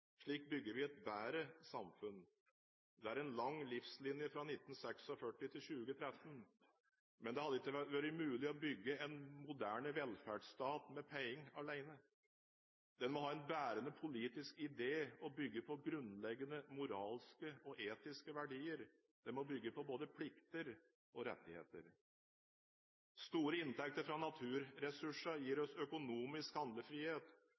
Slik bygger vi et bedre samfunn. Det er en lang livslinje fra 1946 til 2013. Men det hadde ikke vært mulig å bygge en moderne velferdsstat med penger alene. Den må ha en bærende politisk idé og bygge på grunnleggende moralske og etiske verdier. Den må bygge på både plikter og rettigheter. Store inntekter fra naturressursene gir oss en økonomisk handlefrihet